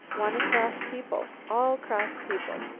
wanna cross people. all cross people.